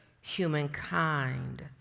humankind